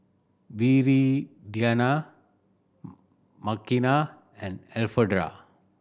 Viridiana Makena and Elfreda